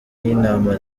n’intama